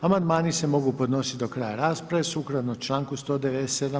Amandmani se mogu podnositi do kraja rasprave sukladno čl. 197.